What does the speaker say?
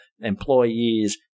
employees